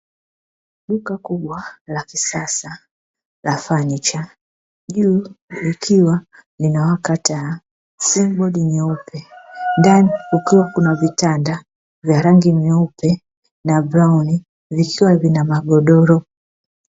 Duka kubwa la kisasa la funicha. Juu likiwa linawaka taa silingi bodi nyeupe, ndani ukiwa kuna vitanda vya rangi nyeupe na brauni, vikiwa vina magodoro.